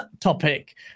topic